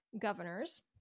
governors